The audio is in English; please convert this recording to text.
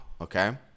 okay